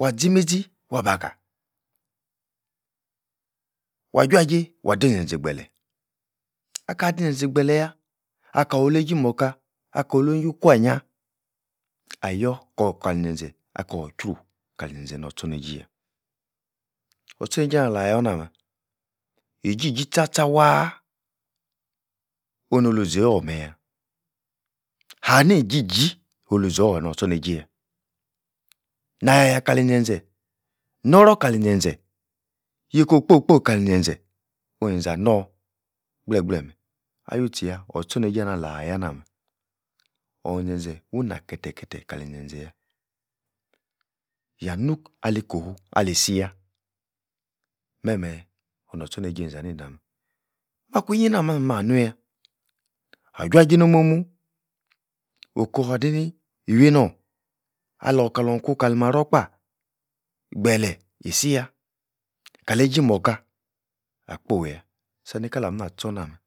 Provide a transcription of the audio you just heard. wah-zi meizi wah-bah kah, wua-juajei, wah di-zen-zen e-gbeleh akah-di zen-zen gbeleh-yah akor-oleiji morka, akor olo'h nuikwan-nyia ayor kor-kali zen-zen akor-jru kali-zen-zen nor-tchorneijei yah or-echorneijei anah-alah yah nah-meh iji-ji tcha-tcha waaah, onoluzior-meh-yah hani-iji-ji olizor-noor-tchorneijei-yah nah-yah-yah kali-zen-zen noror-kali zen-zen yeiko kpo-kpo kali zen-zen oni-zen-zen anor gbleh-gbleh meh ah-you-tchi-yah or-tchorneijei ah-nah-ala-yah nah-meh or-zen-zen wuna kete-kete kali zen-zen yah yah nu-ali kofu ali-si-yah meh-meh onuh-nor-tchorneijei enzana ina-meh mikwuiyi nah-meh-meh, nah-nu-yah, wajuajei no'h mo'h-mu, okor-hadeini, iweinor, alor-kalor iku-ka-marror-kpaah gbeleh isi-yah, kalei-ji morka akpoi-yah, sani-kalam-nah-ah-tchor-nah-meh